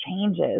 changes